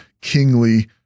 kingly